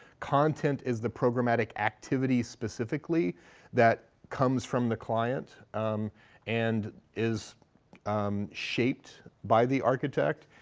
content is the programmatic activity specifically that comes from the client and is um shaped by the architect.